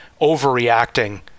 overreacting